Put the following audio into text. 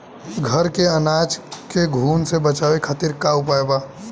घर में अनाज के घुन से बचावे खातिर कवन उपाय बा?